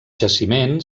jaciment